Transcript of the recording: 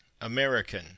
American